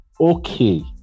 okay